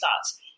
thoughts